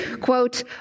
Quote